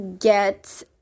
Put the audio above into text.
get